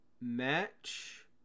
match